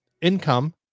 income